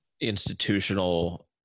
institutional